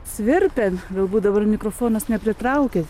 svirpia galbūt dabar mikrofonas nepritraukia